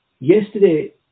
Yesterday